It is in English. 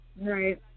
Right